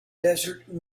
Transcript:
desert